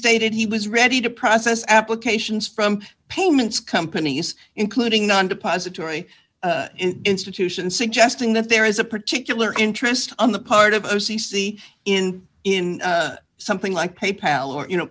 stated he was ready to process applications from payments companies including non depository institution suggesting that there is a particular interest on the part of a c c in in something like pay pal or you know